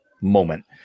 moment